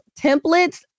templates